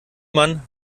man